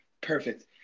perfect